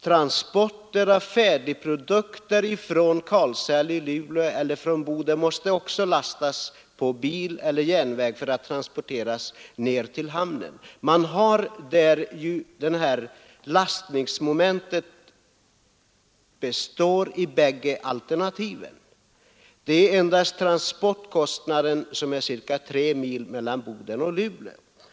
Transporter av färdigprodukter från Karlshäll i Luleå eller från Boden måste också lastas på bil eller järnväg för vidarebefordran till hamnen. Lastningsmomentet kvarstår i bägge alternativen. Det är endast kostnaden för transporter ca 3 mil mellan Boden och Luleå som tillkommer.